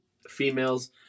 females